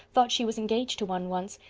thought she was engaged to one once.